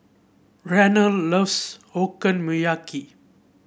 Reynold loves Okonomiyaki